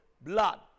blood